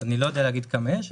אני לא יודע להגיד כמה יש.